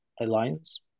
alliance